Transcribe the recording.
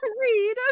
read